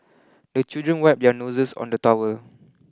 the children wipe their noses on the towel